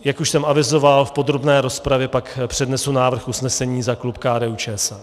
Jak už jsem avizoval, v podrobné rozpravě pak přednesu návrh usnesení za klub KDUČSL.